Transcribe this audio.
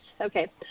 Okay